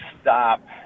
stop